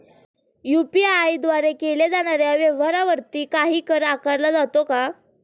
UPI द्वारे केल्या जाणाऱ्या व्यवहारावरती काही कर आकारला जातो का?